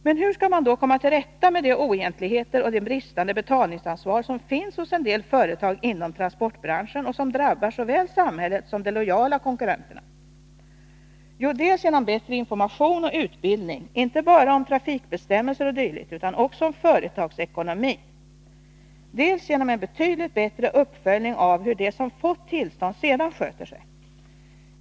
Men hur skall man då komma till rätta med de oegentligheter och det bristande betalningsansvar som finns hos en del företag inom transportbranschen och som drabbar såväl samhället som de lojala konkurrenterna? Jo, dels genom bättre information och utbildning, inte bara beträffande trafikbestämmelser o. d. utan också rörande företagsekonomi, dels genom en betydligt bättre uppföljning av hur de som fått tillstånd sedan sköter sig.